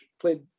played